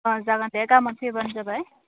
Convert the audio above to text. अ जागोन दे गामोन फैब्लानो जाबाय